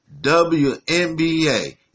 WNBA